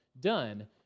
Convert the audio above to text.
done